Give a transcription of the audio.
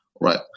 right